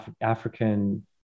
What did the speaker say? African